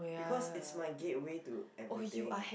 because it's my gateway to everything